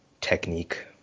technique